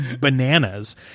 bananas